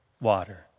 water